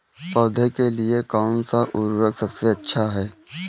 पौधों के लिए कौन सा उर्वरक सबसे अच्छा है?